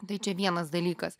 tai čia vienas dalykas